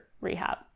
rehab